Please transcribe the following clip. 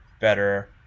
better